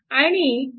आणि आता